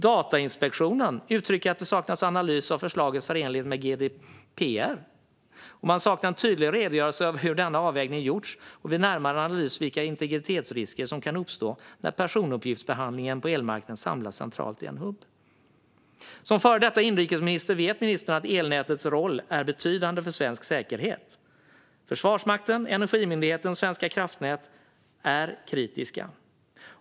Datainspektionen uttrycker att det saknas analys av förslagets förenlighet med GDPR, och man saknar en tydlig redogörelse för hur denna avvägning gjorts och vid närmare analys vilka integritetsrisker som kan uppstå när personuppgiftsbehandlingen på elmarknaden samlas centralt i en hubb. Som före detta inrikesminister vet ministern att elnätets roll är betydande för svensk säkerhet. Försvarsmakten, Energimyndigheten och Svenska kraftnät är kritiska.